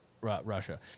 Russia